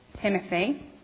Timothy